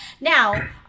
Now